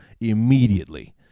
immediately